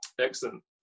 Excellent